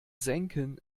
senken